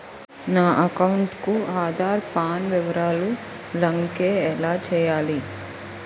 నా అకౌంట్ కు ఆధార్, పాన్ వివరాలు లంకె ఎలా చేయాలి?